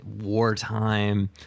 wartime